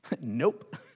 Nope